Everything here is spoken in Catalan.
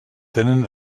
tenen